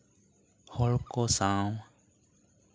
ᱦᱚᱲ ᱠᱚ ᱥᱟᱶ